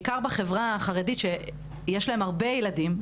בעיקר בחברה החרדית שיש להם הרבה ילדים,